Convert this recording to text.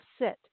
sit